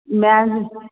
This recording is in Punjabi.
ਮੈਂ